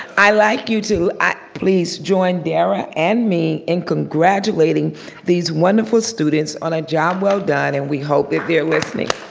i like you to please join dara and me in congratulating these wonderful students on a job well done and we hope that they're listening.